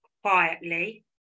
Quietly